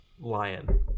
Lion